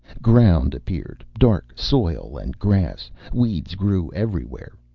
ground appeared, dark soil and grass. weeds grew everywhere.